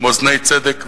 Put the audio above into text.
מאזני צדק,